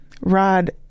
Rod